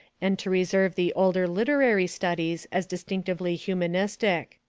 and to reserve the older literary studies as distinctively humanistic.